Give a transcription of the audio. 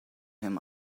him